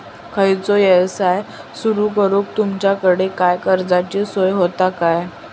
खयचो यवसाय सुरू करूक तुमच्याकडे काय कर्जाची सोय होता काय?